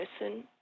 listen